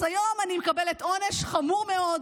אז היום אני מקבלת עונש חמור מאוד,